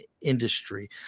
industry